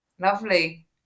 Lovely